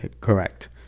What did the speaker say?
Correct